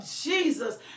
Jesus